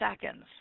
seconds